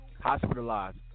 Hospitalized